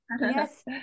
Yes